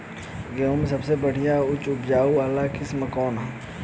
गेहूं में सबसे बढ़िया उच्च उपज वाली किस्म कौन ह?